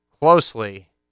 closely